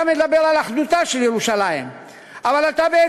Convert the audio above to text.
אתה מדבר על אחדותה של ירושלים,